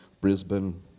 Brisbane